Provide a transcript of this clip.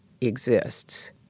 exists